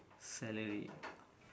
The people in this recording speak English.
celery